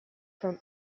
from